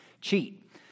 Cheat